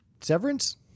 Severance